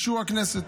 אישור הכנסת.